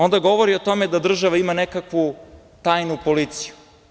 Onda, govori o tome da država ima nekakvu tajnu policiju.